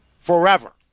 forever